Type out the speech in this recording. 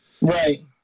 Right